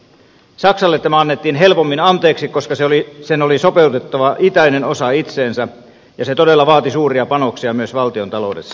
saksalle tämä annettiin helpommin anteeksi koska sen oli sopeutettava itäinen osa itseensä ja se todella vaati suuria panoksia myös valtiontaloudessa